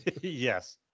Yes